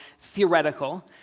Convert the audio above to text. theoretical